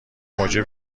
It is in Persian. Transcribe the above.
موجب